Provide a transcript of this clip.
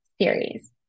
series